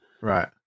right